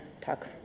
talk